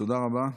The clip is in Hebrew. תודה רבה.